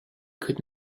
could